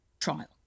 trial